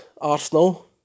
Arsenal